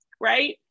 right